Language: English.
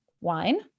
wine